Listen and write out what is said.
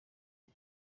iyo